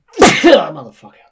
Motherfucker